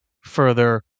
further